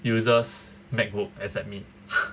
user macbook except me